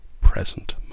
present